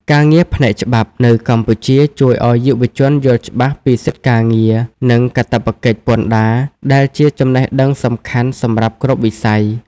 ការងារផ្នែកច្បាប់នៅកម្ពុជាជួយឱ្យយុវជនយល់ច្បាស់ពីសិទ្ធិការងារ និងកាតព្វកិច្ចពន្ធដារ ដែលជាចំណេះដឹងសំខាន់សម្រាប់គ្រប់វិស័យ។